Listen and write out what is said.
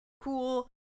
cool